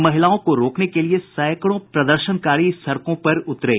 महिलाओं को रोकने के लिये सैकड़ों प्रदर्शनकारी सड़कों पर उतरे